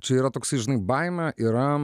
čia yra toksai žinai baimė yra